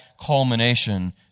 culmination